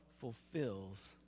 fulfills